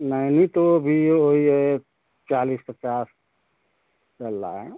नैनी तो भी वही है चालीस पचास चल रहा है